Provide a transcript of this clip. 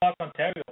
Ontario